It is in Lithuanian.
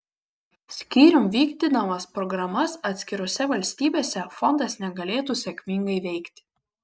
skyrium vykdydamas programas atskirose valstybėse fondas negalėtų sėkmingai veikti